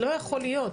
לא יכול להיות.